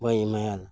ᱵᱟᱹᱧ ᱮᱢᱟᱭᱟ